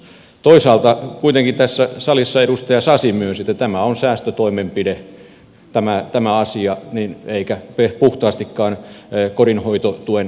toisaalta kuitenkin tässä salissa edustaja sasi myönsi että tämä on säästötoimenpide tämä asia eikä puhtaastikaan kotihoidon tuen kehittäminen